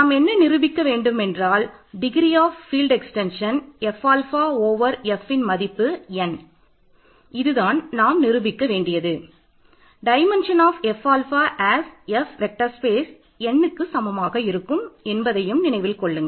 நாம் என்ன நிரூபிக்க வேண்டும் என்றால் டிகிரி nக்கு சமமாக இருக்கும் என்பதை நினைவில் கொள்ளுங்கள்